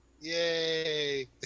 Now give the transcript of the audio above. yay